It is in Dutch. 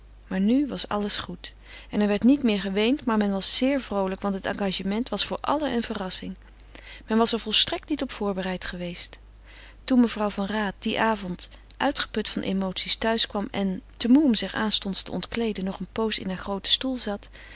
maar nu was alles goed en er werd niet meer geweend maar men was zeer vroolijk want het engagement was voor allen een verrassing men was er volstrekt niet op voorbereid geweest toen mevrouw van raat dien avond uitgeput van emoties thuis kwam en te moê om zich aanstonds te ontkleeden nog een pooze in haar grooten stoel zat